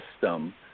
system